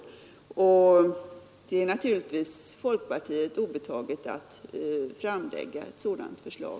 Det är naturligtvis folkpartiet obetaget att framlägga ett sådant förslag.